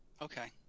Okay